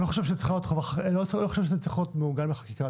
אני לא חושב שזה צריך להיות מעוגן בחקיקה,